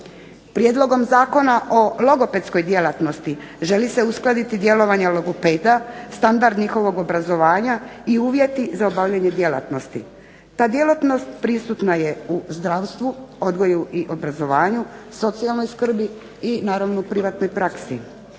Prijedlogom Zakona o logopedskoj djelatnosti želi se uskladiti djelovanje logopeda, standard njihovog obrazovanja i uvjeti za obavljanje djelatnosti. Ta djelatnost prisutna je u zdravstvu, odgoju i obrazovanju, socijalnoj skrbi, i naravno u privatnoj praksi.